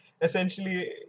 essentially